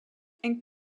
and